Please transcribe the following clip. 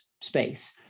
space